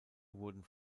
wurden